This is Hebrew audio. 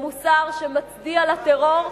במוסר שמצדיע לטרור,